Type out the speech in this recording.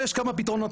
יש כמה פתרונות.